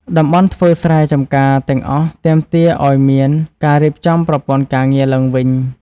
តំបន់ធ្វើស្រែចម្ការទាំងអស់ទាមទារឱ្យមានការរៀបចំប្រព័ន្ធការងារឡើងវិញ។